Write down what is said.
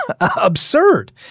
absurd